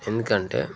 ఎందుకంటే